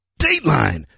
dateline